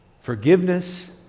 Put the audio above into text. forgiveness